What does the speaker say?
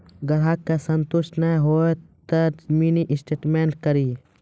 ग्राहक के संतुष्ट ने होयब ते मिनि स्टेटमेन कारी?